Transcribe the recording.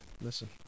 listen